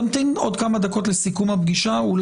תמתין עוד כמה דקות לסיכום הישיבה,